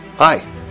Hi